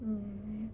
mm